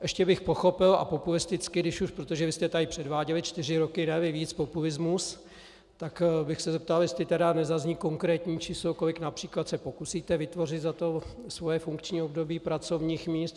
Ještě bych pochopil, a populisticky, když už, protože vy jste tady předváděli čtyři roky, neli víc, populismus, tak bych se zeptal, jestli tedy nezazní konkrétní číslo, kolik např. se pokusíte vytvořit za svoje funkční období pracovních míst.